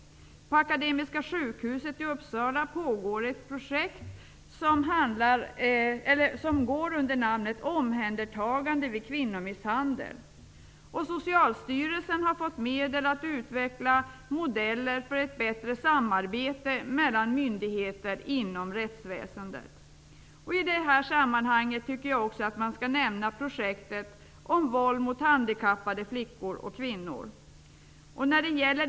På Akademiska sjukhuset i Uppsala pågår ett projekt, som går under namnet Omhändertagande vid kvinnomisshandel. Socialstyrelsen har fått medel att utveckla modeller för ett bättre samarbete mellan myndigheter inom rättsväsendet. I det här sammanhanget tycker jag också att man skall nämna projektet om våld mot handikappade flickor och kvinnor.